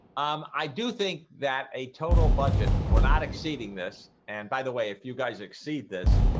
um i do think that a total budget? we're not exceeding this and by the way, if you guys exceed this,